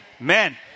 Amen